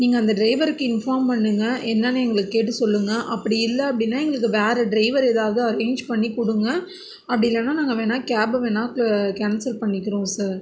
நீங்கள் அந்த டிரைவருக்கு இன்ஃபார்ம் பண்ணுங்க என்னன்னு எங்களுக்கு கேட்டு சொல்லுங்கள் அப்படி இல்லை அப்படின்னால் எங்களுக்கு வேறு டிரைவர் ஏதாவது அரேஞ் பண்ணி கொடுங்க அப்படி இல்லைன்னா நாங்கள் வேணும்னா கேபை வேணும்னா கேன்சல் பண்ணிக்கிறோம் சார்